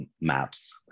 maps